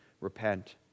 Repent